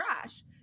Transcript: trash